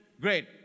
Great